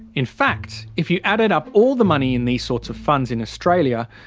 in fact if you added up all the money in these sorts of funds in australia,